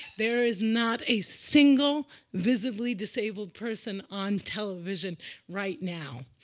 there is not a single visibly disabled person on television right now.